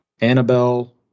Annabelle